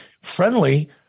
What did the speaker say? friendly